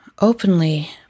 openly